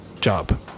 job